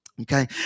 Okay